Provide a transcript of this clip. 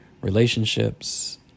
relationships